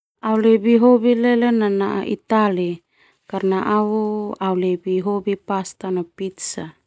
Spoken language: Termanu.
Au lebih hobi leleo nanaa itali karna au lebih hobi pasta no pitza.